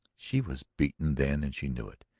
she was beaten then and she knew it.